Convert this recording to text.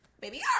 baby